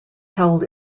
held